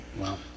Wow